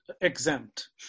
exempt